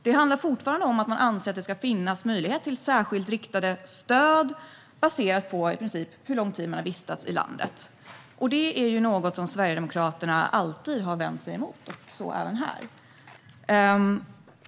Det handlar fortfarande om att man anser att det ska finnas möjlighet till särskilt riktade stöd som i princip baseras på hur länge man har vistats i landet. Detta är något som Sverigedemokraterna alltid har vänt sig emot, och så även här.